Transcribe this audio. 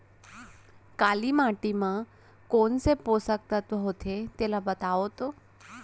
काली माटी म कोन से पोसक तत्व होथे तेला बताओ तो?